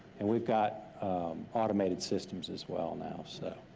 and we've got automated systems as well now, so.